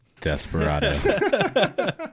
Desperado